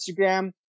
Instagram